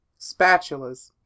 Spatulas